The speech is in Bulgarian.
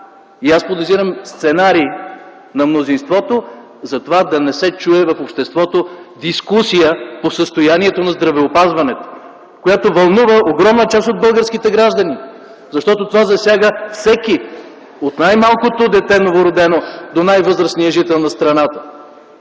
и аз подозирам сценарий на мнозинството за това да не се чуе в обществото дискусия по състоянието на здравеопазването, която вълнува огромна част от българските граждани. Тя засяга всеки: от най-малкото новородено дете до най-възрастния жител на страната.